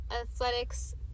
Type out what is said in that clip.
Athletics